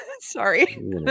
Sorry